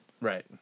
Right